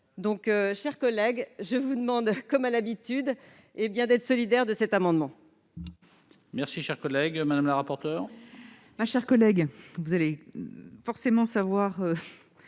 Mes chers collègues, je vous demande donc, comme à mon habitude, d'être solidaires de cet amendement.